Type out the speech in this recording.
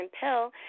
pill